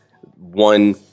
one